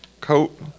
coat